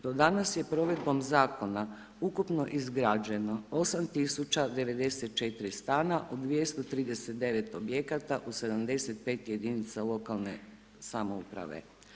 Do danas je provedbom zakona ukupno izgrađeno 8094 stana, 239 objekata u 75 jedinica lokalne samouprave.